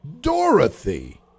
Dorothy